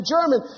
German